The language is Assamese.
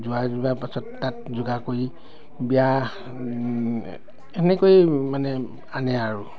যোৱা পাছত তাত যোগাৰ কৰি বিয়া এনেকৈ মানে আনে আৰু